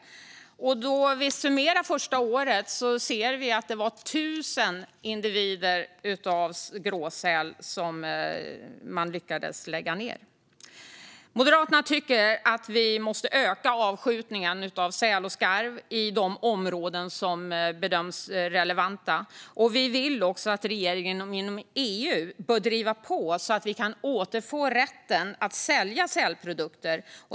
Då vi summerar det första året ser vi att det var 1 000 individer av gråsäl man lyckades nedlägga. Moderaterna tycker att vi måste öka avskjutningen av säl och skarv i de områden som bedöms som relevanta. Vi vill också att regeringen ska driva på inom EU för att vi ska återfå rätten att sälja sälprodukter.